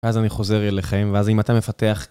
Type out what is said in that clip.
אז אני חוזר אליכם, ואז אם אתה מפתח...